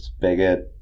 bigot